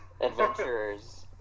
adventurers